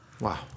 Wow